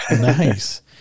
Nice